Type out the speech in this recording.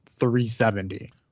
370